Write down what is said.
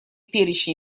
перечни